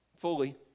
fully